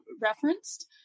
referenced